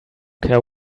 care